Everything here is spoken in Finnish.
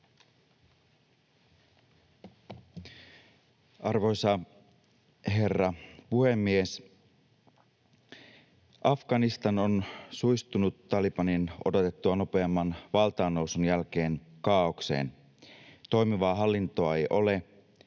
Arvoisa herra puhemies! Afganistan on suistunut Talebanin odotettua nopeamman valtaannousun jälkeen kaaokseen. Toimivaa hallintoa ei ole.